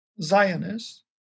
Zionists